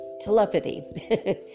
telepathy